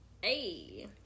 Hey